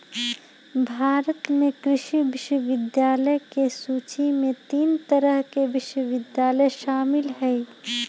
भारत में कृषि विश्वविद्यालय के सूची में तीन तरह के विश्वविद्यालय शामिल हई